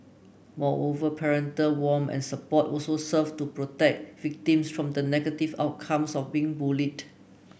moreover parental warm and support also serve to protect victims from the negative outcomes of being bullied